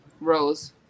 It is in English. Rose